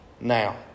now